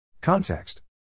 Context